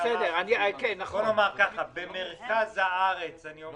נאמר כך: במרכז הארץ יש